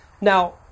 Now